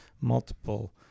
multiple